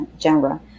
genre